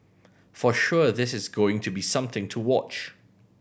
for sure this is going to be something to watch